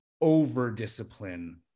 over-discipline